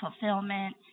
fulfillment